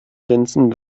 prinzen